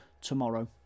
tomorrow